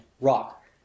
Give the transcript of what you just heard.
rock